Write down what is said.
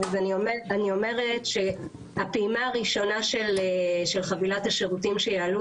אז אני אומרת שהפעימה הראשונה של חבילת השירותים שיעלו